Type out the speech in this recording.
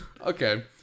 okay